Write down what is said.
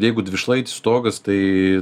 jeigu dvišlaitis stogas tai